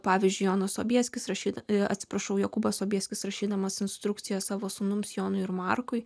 pavyzdžiui jonas sobieskis rašyti atsiprašau jokūbas sobieskis rašydamas instrukcijos savo sūnums jonui ir markui